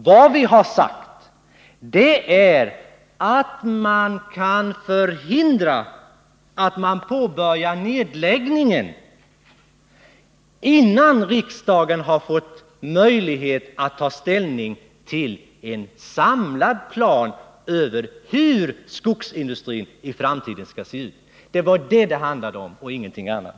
Vad vi har sagt är att man kan förhindra att nedläggningen påbörjas innan riksdagen har fått möjlighet att ta ställning till en samlad plan över hur skogsindustrin i framtiden skall se ut. Det var det som det handlade om och ingenting annat.